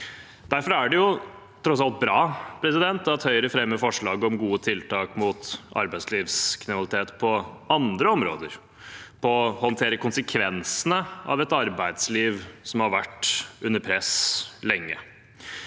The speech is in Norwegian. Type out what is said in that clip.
Derfor er det tross alt bra at Høyre fremmer forslag om gode tiltak mot arbeidslivskriminalitet på andre områder, for å håndtere konsekvensene av et arbeidsliv som har vært under press lenge.